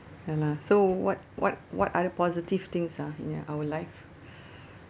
ya lah so what what what other positive things ah in uh our life